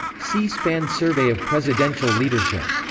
c-span survey of presidential leadership.